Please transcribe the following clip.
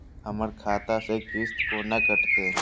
हमर खाता से किस्त कोना कटतै?